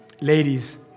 Ladies